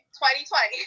2020